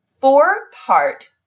four-part